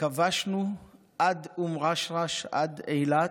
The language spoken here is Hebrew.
כבשנו עד אום רשרש, עד אילת,